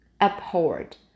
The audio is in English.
abhorred